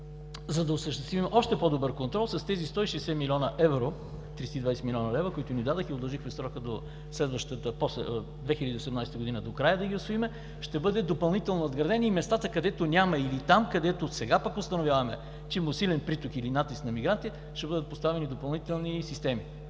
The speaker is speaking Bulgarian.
за да осъществим още по-добър контрол с тези 160 млн. евро – 320 млн. лв., които ни дадоха и удължихме срока до края на 2018 г. да ги усвоим, ще бъдат допълнително надградени и местата, където няма или там, където сега установяваме, че има усилен приток или натиск на мигранти, ще бъдат поставени допълнителни системи